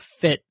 fit